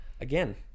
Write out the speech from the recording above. again